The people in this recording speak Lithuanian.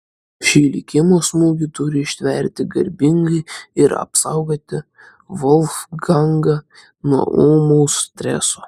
šį likimo smūgį turi ištverti garbingai ir apsaugoti volfgangą nuo ūmaus streso